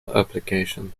application